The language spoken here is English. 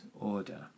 order